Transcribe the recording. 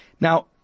Now